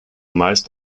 meist